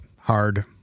hard